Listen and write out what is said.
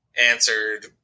answered